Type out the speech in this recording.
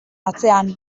atzean